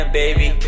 baby